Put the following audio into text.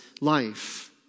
life